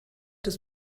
des